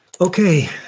Okay